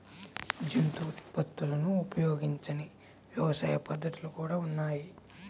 జంతు ఉత్పత్తులను ఉపయోగించని వ్యవసాయ పద్ధతులు కూడా ఉన్నాయి